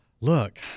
look